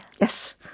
Yes